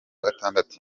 gatandatu